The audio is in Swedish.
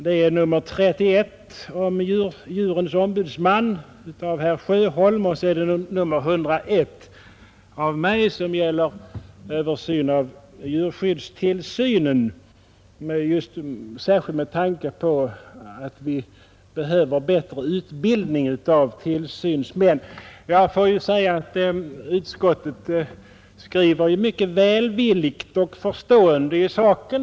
Det är nr 31 om djurens ombudsman av herr Sjöholm och mig och nr 101 av mig m.fl., som gäller översyn av djurskyddstillsynen, särskilt med tanke på att vi behöver bättre utbildning av tillsynsmän. Jag vill säga att utskottet skriver mycket välvilligt och förstående i saken.